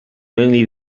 many